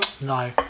no